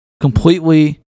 completely